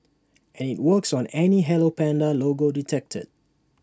and IT works on any hello Panda logo detected